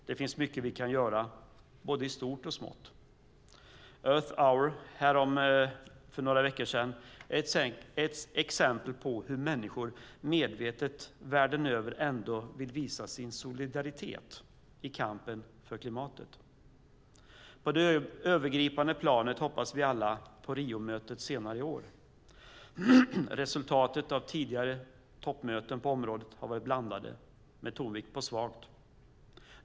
Det finns mycket vi kan göra i både stort och smått. Earth Hour, som inföll för några veckor sedan, är ett exempel på hur människor medvetet världen över vill visa sin solidaritet i kampen för klimatet. På det övergripande planet hoppas vi alla på Riomötet senare i år. Resultaten av tidigare toppmöten på området har varit blandade, med tonvikt på svaga.